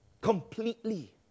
completely